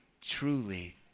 truly